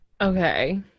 Okay